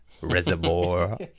reservoir